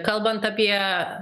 kalbant apie